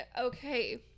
Okay